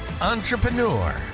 entrepreneur